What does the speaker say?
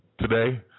today